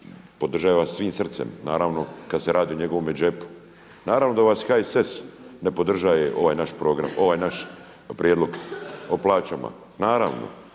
podržava svim srcem kada se radi o njegovome džepu. Naravno da HSS ne podržava ovaj naš prijedlog o plaćama. Naravno.